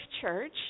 church